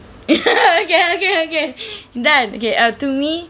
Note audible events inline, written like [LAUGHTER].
[LAUGHS] okay okay okay [BREATH] done okay uh to me